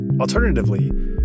Alternatively